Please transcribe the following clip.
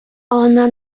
ona